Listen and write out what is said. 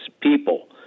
people